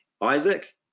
Isaac